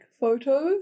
photos